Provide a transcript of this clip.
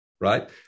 Right